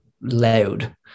loud